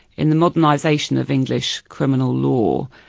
in the modernisation of english criminal law,